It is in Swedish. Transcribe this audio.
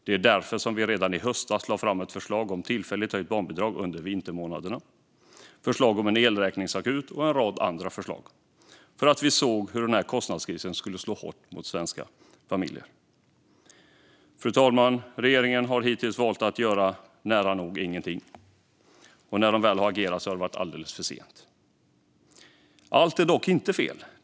Det var därför vi redan i höstas lade förslag om tillfälligt höjt barnbidrag under vintermånaderna, förslag om en elräkningsakut och en rad andra förslag - för vi såg att den här kostnadskrisen skulle slå hårt mot svenska familjer. Fru talman! Regeringen har hittills valt att göra nära nog ingenting, och när de väl har agerat har det varit alldeles för sent. Allt är dock inte fel.